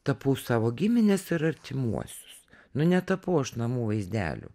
tapau savo gimines ir artimuosius nu netapau aš namų vaizdelių